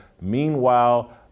Meanwhile